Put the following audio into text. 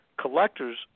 collector's